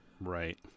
Right